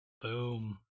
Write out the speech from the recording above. Boom